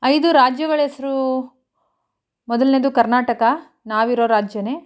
ಐದು ರಾಜ್ಯಗಳೆಸ್ರು ಮೊದಲನೆದು ಕರ್ನಾಟಕ ನಾವಿರೋ ರಾಜ್ಯವೇ